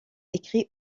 écrit